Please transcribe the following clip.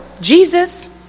Jesus